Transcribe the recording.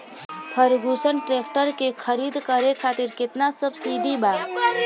Ferguson tractor के खरीद करे खातिर केतना सब्सिडी बा?